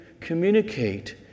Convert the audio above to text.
communicate